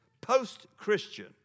Post-Christian